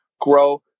grow